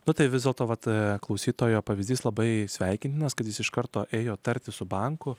nu tai vis dėlto vat klausytojo pavyzdys labai sveikintinas kad jis iš karto ėjo tartis su banku